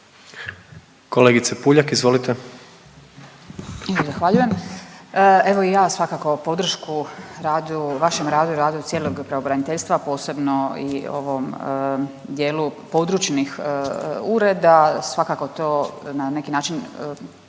Kolegice Puljak izvolite.